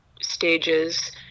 stages